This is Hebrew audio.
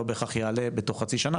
לא בהכרח יעלה בתוך חצי שנה,